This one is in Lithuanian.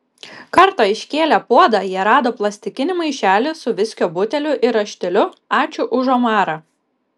kartą iškėlę puodą jie rado plastikinį maišelį su viskio buteliu ir rašteliu ačiū už omarą